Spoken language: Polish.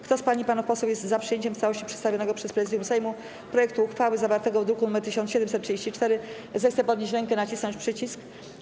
Kto z pań i panów posłów jest za przyjęciem w całości przedstawionego przez Prezydium Sejmu projektu uchwały zawartego w druku nr 1734, zechce podnieść rękę i nacisnąć przycisk.